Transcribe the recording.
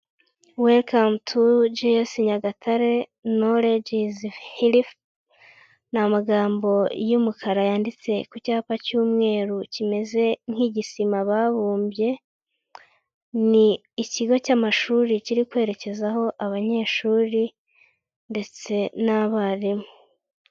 Welikamu tu jiyesi Nyagatare nolegi izi hilifi, n'amagambo y'umukara yanditse ku cyapa cy'umweru kimeze nk'igisima babumbye. Ni ikigo cy'amashuri kiri kwerekezaho abanyeshuri ndetse n'abarimu.